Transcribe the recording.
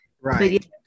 right